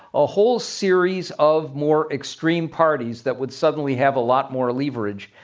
a whole series of more extreme parties that would suddenly have a lot more leverage.